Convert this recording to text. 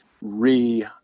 re